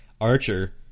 Archer